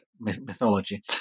Mythology